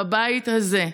בבית הזה,